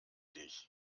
dich